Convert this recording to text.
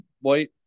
white